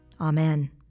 Amen